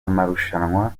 amarushanwa